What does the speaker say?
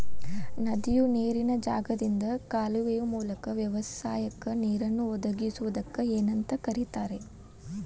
ನದಿಯ ನೇರಿನ ಜಾಗದಿಂದ ಕಾಲುವೆಯ ಮೂಲಕ ವ್ಯವಸಾಯಕ್ಕ ನೇರನ್ನು ಒದಗಿಸುವುದಕ್ಕ ಏನಂತ ಕರಿತಾರೇ?